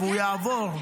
הוא יעבור,